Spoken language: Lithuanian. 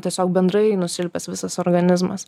tiesiog bendrai nusilpęs visas organizmas